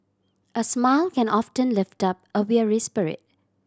a smile can often lift up a weary spirit